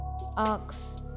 Ox